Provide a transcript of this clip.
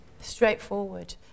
straightforward